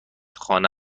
خانه